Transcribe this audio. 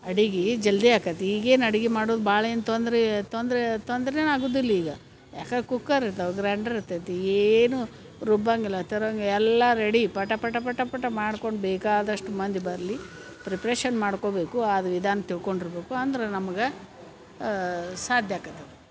ಅಡಿಗಿ ಜಲ್ದಿ ಆಕ್ಕೆತಿ ಈಗೇನು ಅಡಿಗಿ ಮಾಡುದು ಭಾಳ ಏನು ತೊಂದ್ರೆ ತೊಂದರೆ ತೊಂದ್ರೆನ ಆಗುದಿಲ್ಲ ಈಗ ಯಾಕಂದು ಕುಕ್ಕರ್ ಇರ್ತಾವ ಗ್ರ್ಯಾಂಡರ್ ಇರ್ತೇತಿ ಏನೂ ರುಬ್ಬಂಗಿಲ್ಲ ತರೋಂಗಿಲ್ಲ ಎಲ್ಲಾ ರೆಡಿ ಪಟ ಪಟ ಪಟ ಪಟ ಮಾಡ್ಕೊಂಡು ಬೇಕಾದಷ್ಟು ಮಂದಿ ಬರಲಿ ಪ್ರಿಪ್ರೇಶನ್ ಮಾಡ್ಕೊಬೇಕು ಅದು ವಿಧಾನ ತಿಳ್ಕೊಂಡಿರ್ಬೇಕು ಅಂದ್ರೆ ನಮ್ಗೆ ಸಾಧ್ಯ ಆಕತತಿ